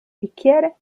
bicchiere